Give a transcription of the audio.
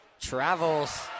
travels